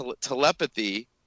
telepathy